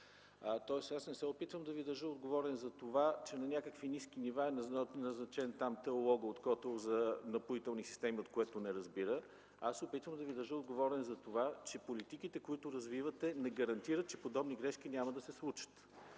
Тоест аз не се опитвам да Ви държа отговорен за това, че на някакви ниски нива теологът от Котел е назначен в „Напоителни системи”, от което не разбира. Аз се опитвам да Ви държа отговорен за това, че политиките, които развивате, не гарантират, че подобни грешки няма да се случат.